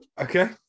Okay